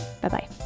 Bye-bye